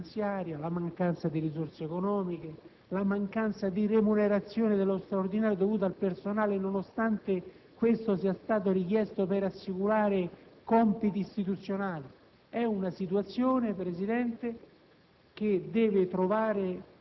i tagli operati nella finanziaria, la mancanza di risorse economiche, la mancanza di remunerazione dello straordinario dovuto al personale, nonostante questo sia stato richiesto per assicurare compiti istituzionali. È una situazione, Presidente,